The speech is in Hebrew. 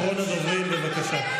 אחרון הדוברים, בבקשה.